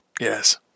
Yes